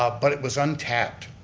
ah but it was untapped.